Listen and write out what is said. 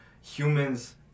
humans